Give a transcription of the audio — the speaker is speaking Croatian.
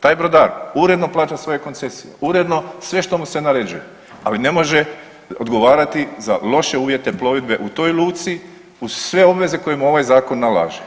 Taj brodar uredno plaća svoje koncesije, uredno sve što mu se naređuje, ali ne može odgovarati za loše uvjete plovidbe u toj luci uz sve obveze koje mu ovaj zakon nalaže.